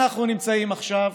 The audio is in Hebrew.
אנחנו נמצאים עכשיו